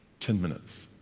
ten minutes.